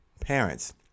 parents